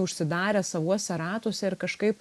užsidarę savuose ratuose ir kažkaip